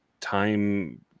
time